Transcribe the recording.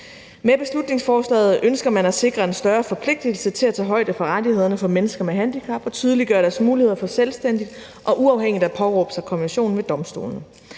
Med beslutningsforslaget ønsker man at sikre en større forpligtelse til at tage højde for rettighederne for mennesker med handicap og tydeliggøre deres muligheder for selvstændigt og uafhængigt at påberåbe sig konventionen ved domstolene.